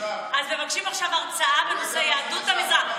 אז מבקשים עכשיו הרצאה בנושא יהדות המזרח.